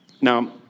Now